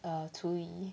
err 处理